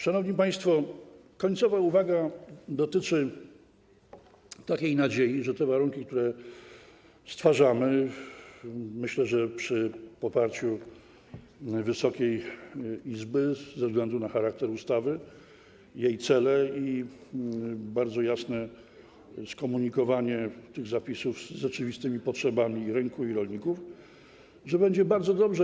Szanowni państwo, końcowa uwaga dotyczy takiej nadziei, że te warunki, które stwarzamy, tak myślę, przy poparciu Wysokiej Izby, ze względu na charakter ustawy, jej cele i bardzo jasne skomunikowanie tych przepisów z rzeczywistymi potrzebami rynku i rolników będą bardzo dobre.